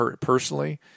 personally